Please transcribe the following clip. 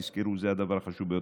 תזכרו, זה הדבר החשוב ביותר.